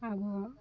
ᱟᱵᱚ